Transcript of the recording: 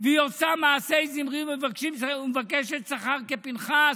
והיא עושה מעשה זמרי ומבקשת שכר כפינחס.